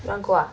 you want go ah